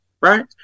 right